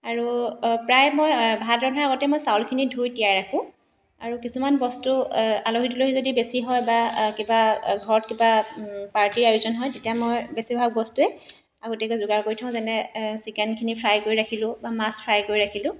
আৰু প্ৰায় মই ভাত ৰন্ধাৰ আগতে মই চাউলখিনি ধুই তিয়াই ৰাখোঁ আৰু কিছুমান বস্তু আলহী দুলহী যদি বেছি হয় বা কিবা ঘৰত কিবা পাৰ্টীৰ আয়োজন হয় তেতিয়া মই বেছিভাগ বস্তুৱে আগতীয়াকৈ যোগাৰ কৰি থওঁ যেনে চিকেনখিনি ফ্ৰাই কৰি ৰাখিলোঁ বা মাছ ফ্ৰাই কৰি ৰাখিলোঁ